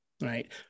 right